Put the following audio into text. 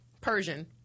Persian